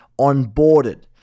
onboarded